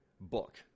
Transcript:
book